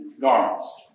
garments